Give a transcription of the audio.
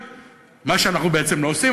מה שאנחנו בעצם רוצים,